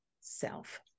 self